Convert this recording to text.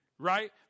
right